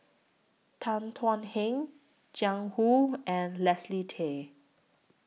Tan Thuan Heng Jiang Hu and Leslie Tay